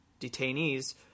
detainees